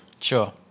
Sure